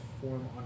form